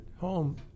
home